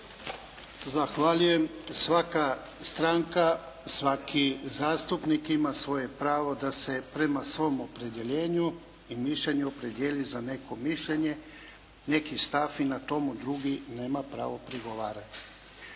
Zahvaljujem. Svaka stranka, svaki zastupnik ima svoje pravo da se prema svom opredjeljenju i mišljenju opredijeli za neko mišljenje, neki stav i na tomu drugi nema pravo prigovarati.